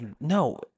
no